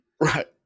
Right